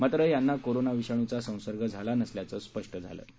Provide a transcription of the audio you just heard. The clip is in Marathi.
मात्र यांना कोरोना विषाणूचा संसर्ग झाला नसल्याचं स्पष्ट झालं आहे